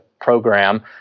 program